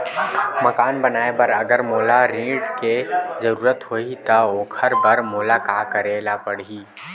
मकान बनाये बर अगर मोला ऋण के जरूरत होही त ओखर बर मोला का करे ल पड़हि?